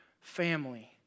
family